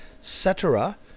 cetera